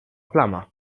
plama